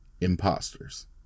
imposters